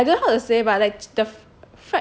but like I don't know how to say but like the chi~ the fr~